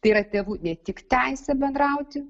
tai yra tėvų ne tik teisė bendrauti